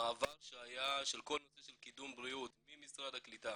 המעבר שהיה בכל הנושא של קידום בריאות ממשרד הקליטה